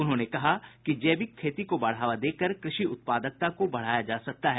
उन्होंने कहा कि जैविक खेती को बढ़ावा देकर कृषि उत्पादकता को बढ़ाया जा सकता है